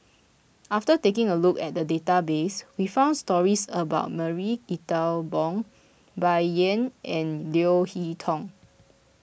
after taking a look at the database we found stories about Marie Ethel Bong Bai Yan and Leo Hee Tong